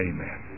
Amen